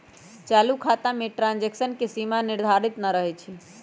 चालू खता में ट्रांजैक्शन के सीमा निर्धारित न रहै छइ